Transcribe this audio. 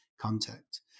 contact